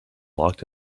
locked